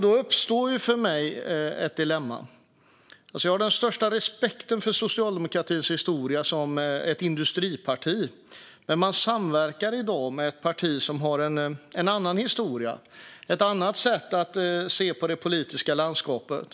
Då uppstår det för mig ett dilemma. Jag har den största respekten för Socialdemokraternas historia som ett industriparti, men man samverkar i dag med ett parti som har en annan historia och ett annat sätt att se på det politiska landskapet.